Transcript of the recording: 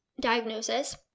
diagnosis